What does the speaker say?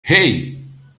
hey